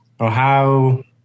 Ohio